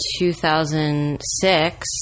2006